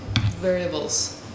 variables